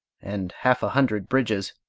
and half a hundred bridges.